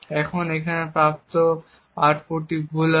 এখন প্রাপ্ত আউটপুটটি ভুল হবে